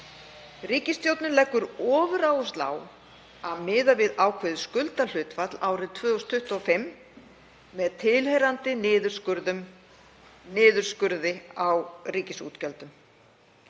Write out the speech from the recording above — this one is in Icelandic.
Ríkisstjórnin leggur ofuráherslu á að miða við ákveðið skuldahlutfall árið 2025 með tilheyrandi niðurskurði á ríkisútgjöldum.